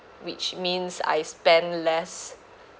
which means I spend less